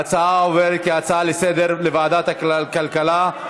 ההצעה עוברת כהצעה לסדר-היום לוועדת הכלכלה.